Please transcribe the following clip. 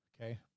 okay